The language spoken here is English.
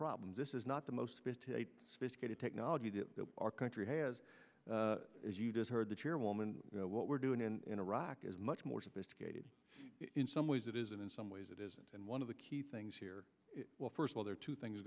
problems this is not the most sophisticated technology that our country has as you just heard the chairwoman you know what we're doing in iraq is much more sophisticated in some ways it is and in some ways it isn't and one of the key things here well first of all there are two things